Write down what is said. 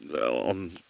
on